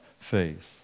faith